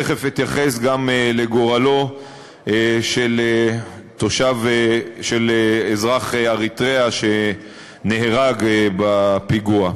תכף אתייחס גם לגורלו של התושב אזרח אריתריאה שנהרג בפיגוע.